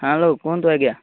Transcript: hello କୁହନ୍ତୁ ଆଜ୍ଞା